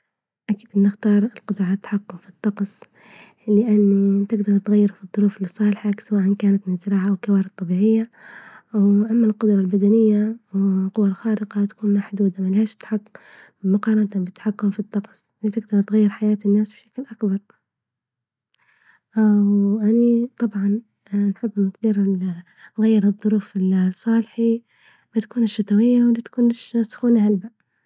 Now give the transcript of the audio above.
أكيد بنختار القدرة علي التحكم في الطقس، لإن تقدر تغير في الظروف لصالحك سواء كانت مزرعة أو كموارد طبيعية وأما القدرة البدنية والقوى الخارقة تكون محدودة ملهاش تحكم مقارنة بالتحكم في الطقس، وتقدر تغير حياة الناس بشكل أكبر، وأني طبعا نحب نغير الظروف لصالحي، ما تكونش الشتوية ولا تكون سخونة هلبة.